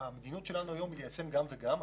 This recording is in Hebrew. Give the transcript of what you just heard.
המדיניות שלנו היום היא ליישם גם וגם.